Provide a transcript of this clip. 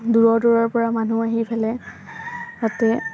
দূৰৰ দূৰৰ পৰা মানুহ আহি পেলাই তাতে